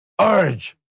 urge